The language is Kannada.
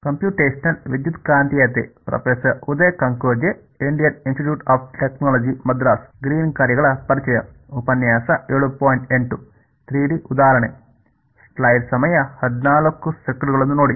ಸರಿ ಈಗ ನಾವು 3 ಡಿ ಉದಾಹರಣೆಗೆ ಹೋಗೋಣ